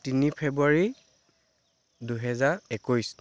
তিনি ফেব্ৰুৱাৰী দুহেজাৰ একৈছ